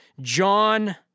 John